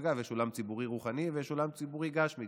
אגב, יש עולם ציבורי רוחני ויש עולם ציבורי גשמי.